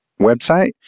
website